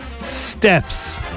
Steps